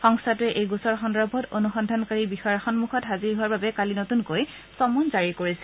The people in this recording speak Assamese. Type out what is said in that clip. সংস্থাটোৱে এই গোচৰ সন্দৰ্ভত অনুসন্ধানকাৰী বিষয়াৰ সন্মুখত হাজিৰ হোৱাৰ বাবে কালি নতুনকৈ চমন জাৰি কৰিছিল